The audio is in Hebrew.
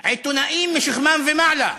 עיתונאים משכמם ומעלה,